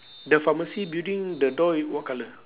the pharmacy building the door i~ what colour